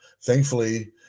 Thankfully